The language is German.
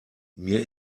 mir